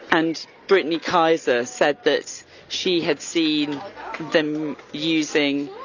and brittany kaiser said that she had seen them using,